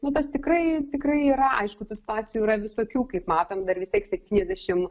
nu tas tikrai tikrai yra aišku tų situacijų yra visokių kaip matom dar vis tiek septyniasdešimt